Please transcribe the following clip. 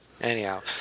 Anyhow